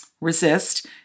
resist